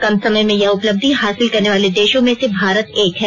कम समय में यह उपलब्धि हासिल करने वाले देशों में से भारत एक है